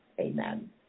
amen